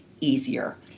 easier